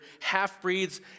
half-breeds